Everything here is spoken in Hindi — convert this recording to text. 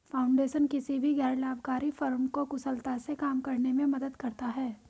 फाउंडेशन किसी भी गैर लाभकारी फर्म को कुशलता से काम करने में मदद करता हैं